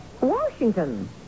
Washington